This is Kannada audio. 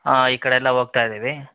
ಈ ಕಡೆ ಎಲ್ಲ ಹೋಗ್ತಾ ಇದ್ದೀವಿ